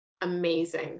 amazing